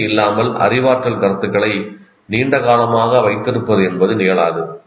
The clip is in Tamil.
ஒத்திகை இல்லாமல் அறிவாற்றல் கருத்துக்களை நீண்டகாலமாக வைத்திருப்பது என்பது நிகழாது